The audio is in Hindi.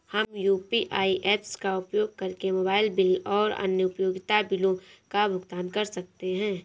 हम यू.पी.आई ऐप्स का उपयोग करके मोबाइल बिल और अन्य उपयोगिता बिलों का भुगतान कर सकते हैं